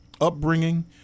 upbringing